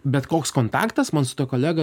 bet koks kontaktas man su tuo kolega